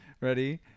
ready